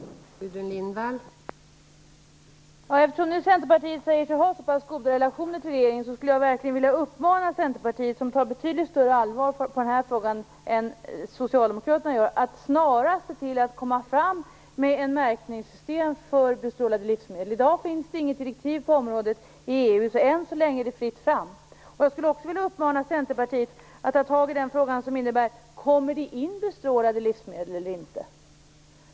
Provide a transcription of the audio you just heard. Fru talman! Eftersom Centerpartiet säger sig ha så pass goda relationer till regeringen, skulle jag verkligen vilja uppmana Centerpartiet, som tar den här frågan på betydligt större allvar än vad Socialdemokraterna gör, att snarast se till att komma fram med ett märkningssystem för bestrålade livsmedel. I dag finns inget EU-direktiv på området, så än så länge är det fritt fram. Jag skulle också vilja uppmana Centerpartiet att ta tag i frågan om det kommer in bestrålade livsmedel eller inte.